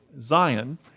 Zion